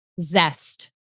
zest